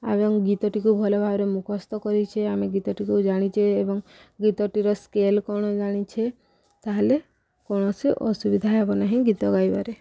ଏବଂ ଗୀତଟିକୁ ଭଲ ଭାବରେ ମୁଖସ୍ଥ କରିଛେ ଆମେ ଗୀତଟିକୁ ଜାଣିଛେ ଏବଂ ଗୀତଟିର ସ୍କେଲ୍ କ'ଣ ଜାଣିଛେ ତାହେଲେ କୌଣସି ଅସୁବିଧା ହେବ ନାହିଁ ଗୀତ ଗାଇବାରେ